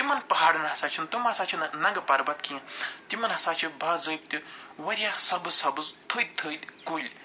تِمن پہاڑن ہَسا چھُنہٕ تِم ہَسا چھِنہٕ ننٛگہٕ پربت کیٚنٛہہ تِمن ہَسا چھِ باضٲبطہٕ وارِیاہ سبٕز سبٕز تھٔدۍ تھٔدۍ کُلۍ